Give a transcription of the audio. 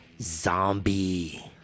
zombie